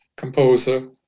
composer